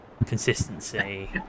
consistency